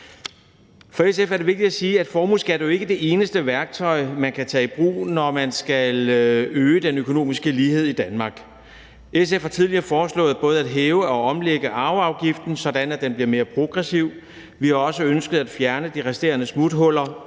For SF er det vigtigt at sige, at en formueskat jo ikke er det eneste værktøj, man kan tage i brug, når man skal øge den økonomiske lighed i Danmark. SF har tidligere foreslået både at hæve og omlægge arveafgiften, sådan at den bliver mere progressiv. Vi har også ønsket at fjerne de resterende smuthuller